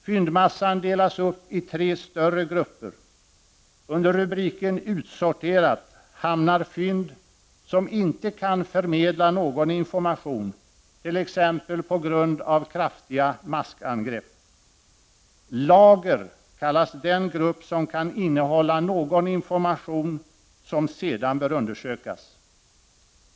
Fyndmassan delas upp i tre större grupper. Under rubriken ”Utsorterat” hamnar fynd som inte kan förmedla någon information, t.ex. på grund av kraftiga maskangrepp. ”Lager” kallas den grupp som kan innehålla någon information som sedan bör undersökas.